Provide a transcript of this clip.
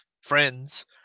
friends